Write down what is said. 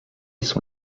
sont